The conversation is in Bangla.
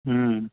হুম